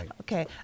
Okay